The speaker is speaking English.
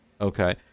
Okay